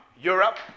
Europe